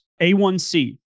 A1C